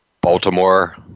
Baltimore